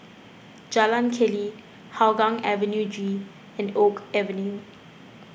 Jalan Keli Hougang Avenue G and Oak Avenue